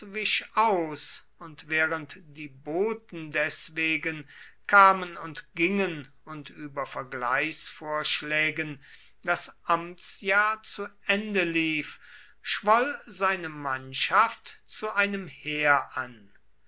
wich aus und während die boten deswegen kamen und gingen und über vergleichsvorschlägen das amtsjahr zu ende lief schwoll seine mannschaft zu einem heer an